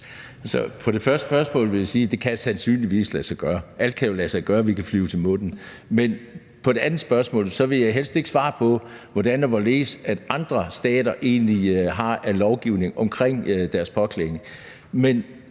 Til det første spørgsmål vil jeg sige, at det sandsynligvis kan lade sig gøre. Alt kan jo lade sig gøre – vi kan flyve til månen. Med hensyn til det andet spørgsmål vil jeg helst ikke svare på, hvad andre stater har af lovgivning omkring soldaternes påklædning.